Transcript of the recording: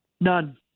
None